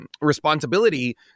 responsibility